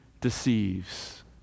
deceives